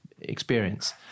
experience